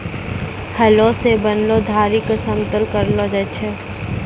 हलो सें बनलो धारी क समतल करलो जाय छै?